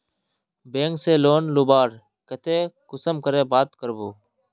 Bank से loan लुबार केते कुंसम करे बात करबो?